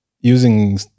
using